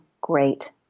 great